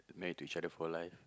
married to each other for life